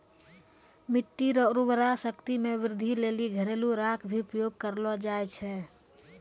मिट्टी रो उर्वरा शक्ति मे वृद्धि लेली घरेलू राख भी उपयोग करलो जाय छै